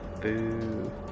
Boo